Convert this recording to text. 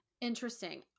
Interesting